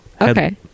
Okay